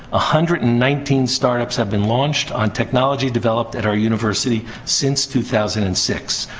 ah hundred and nineteen startups have been launched on technology developed at our university since two thousand and six.